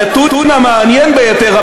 הנתון המעניין ביותר,